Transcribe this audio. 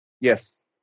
Yes